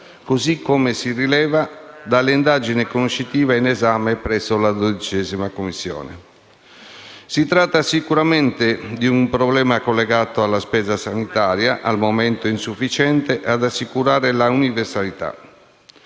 così come si rileva dall'indagine conoscitiva in esame presso la 12a Commissione permanente. Si tratta sicuramente di un problema collegato alla spesa sanitaria, al momento insufficiente ad assicurare l'universalità.